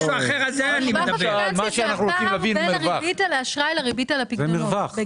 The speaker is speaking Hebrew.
המרווח הפיננסי זה הפער בין הריבית על האשראי לריבית על הפיקדונות.